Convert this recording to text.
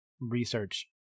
research